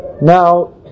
Now